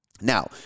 Now